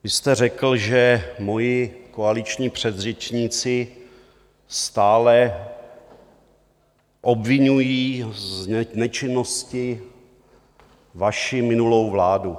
Vy jste řekl, že moji koaliční předřečníci stále obviňují z nečinnosti vaši minulou vládu.